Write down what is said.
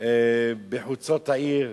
בחוצות העיר,